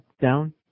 down